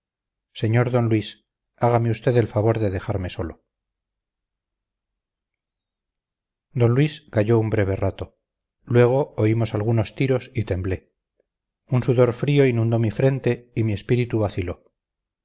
señor d luis hágame usted el favor de dejarme solo d luis calló un breve rato luego oímos algunos tiros y temblé un sudor frío inundó mi frente y mi espíritu vaciló